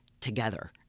together